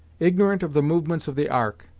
ignorant of the movements of the ark,